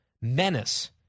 menace